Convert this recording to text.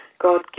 God